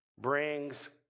brings